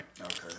Okay